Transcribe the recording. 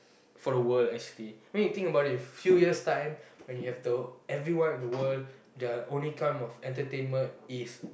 for the world actually when you think about it few years time when you have the everyone in the world their only form of entertainment is